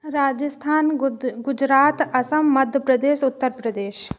राजस्थान गुज गुजरात असम मध्य प्रदेश उत्तर प्रदेश